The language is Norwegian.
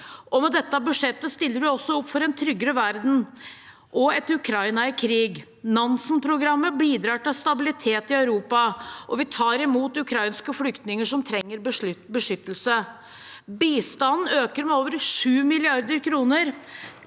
Med dette budsjettet stiller vi også opp for en tryggere verden og et Ukraina i krig. Nansen-programmet bidrar til stabilitet i Europa, og vi tar imot ukrainske flyktninger som trenger beskyttelse. Bistanden øker med over 7 mrd. kr.